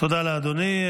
תודה לאדוני.